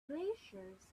glaciers